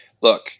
Look